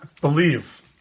believe